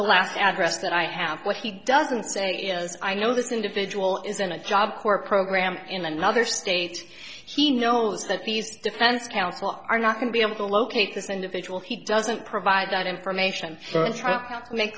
last address that i have what he doesn't say is i know this individual is in a job corps program in another state he knows that these defense counsel are not going to be able to locate this individual he doesn't provide that information make